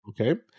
Okay